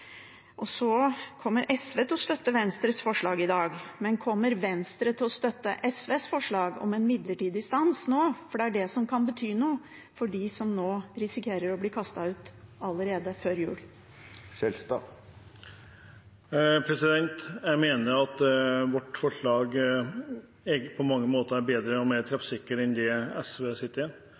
kommer til å støtte Venstres forslag i dag, men kommer Venstre til å støtte SVs forslag om en midlertidig stans nå, for det er det som kan bety noe for dem som risikerer å bli kastet ut allerede før jul? Jeg mener at vårt forslag på mange måter er bedre og mer treffsikkert enn SVs. Hvis statsråden står ved det